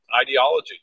ideology